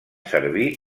servir